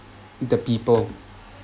the people